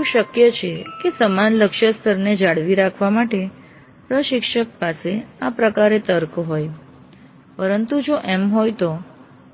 એવું શક્ય છે કે સમાન લક્ષ્ય સ્તરને જાળવી રાખવા માટે પ્રશિક્ષક પાસે આ પ્રકારે તર્ક હોય પરંતુ જો એમ હોય તો